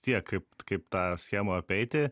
tiek kaip kaip tą schemą apeiti